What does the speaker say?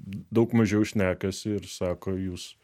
daug mažiau šnekasi ir sako jūs